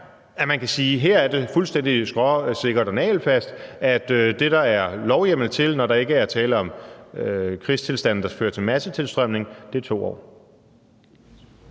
at det, der er lovhjemmel til, når der ikke er tale om krigstilstande, der fører til massetilstrømning, er 2 år.